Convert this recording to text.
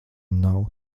nav